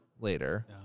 later